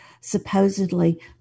supposedly